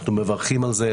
אנחנו מברכים על זה,